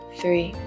three